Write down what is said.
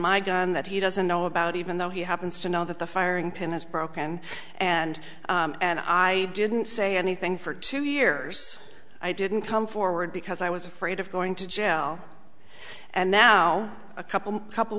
my gun that he doesn't know about even though he happens to know that the firing pin is broken and and i didn't say anything for two years i didn't come forward because i was afraid of going to jail and now a couple couple